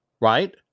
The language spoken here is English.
right